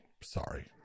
Sorry